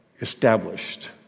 established